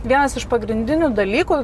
vienas iš pagrindinių dalykų